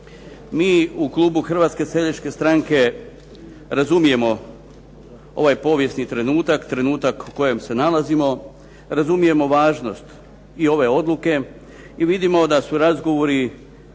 Mi u klubu Hrvatske seljačke stranke razumijemo ovaj povijesni trenutak, trenutak u kojem se nalazimo. Razumijemo važnost i ove odluke, i vidimo da su razgovori